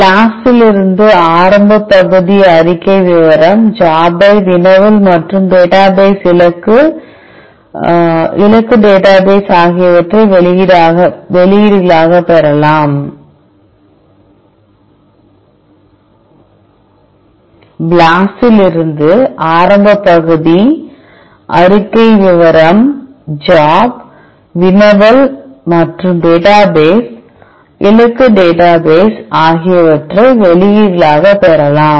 BLASTஇல் இருந்து ஆரம்ப பகுதி அறிக்கை விவரம் ஜாப் ஐ வினவல் மற்றும் டேட்டாபேஸ் இலக்கு டேட்டாபேஸ் ஆகியவற்றை வெளியீடுகளாக பெறலாம்